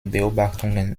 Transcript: beobachtungen